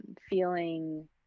feeling